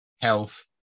health